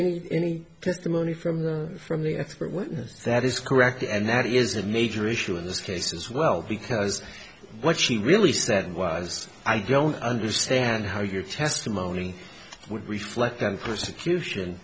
d any testimony from from the expert witness that is correct and that is a major issue in this case as well because what she really said was i don't understand how your testimony would reflect and persecution